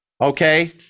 Okay